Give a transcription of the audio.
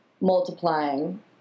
multiplying